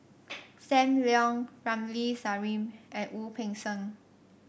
Sam Leong Ramli Sarip and Wu Peng Seng